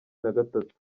nagatatu